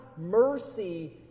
mercy